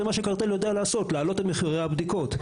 זה מה שקרטל יודע לעשות להעלות את מחירי הבדיקות.